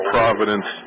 Providence